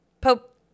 Pope